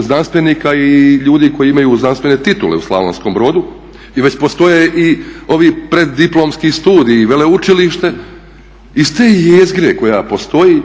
znanstvenika i ljudi koji imaju znanstvene titule u Slavonskom Brodu i već postoje i ovi preddiplomski studiji i veleučilište iz te jezgre koja postoji,